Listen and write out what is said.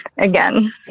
again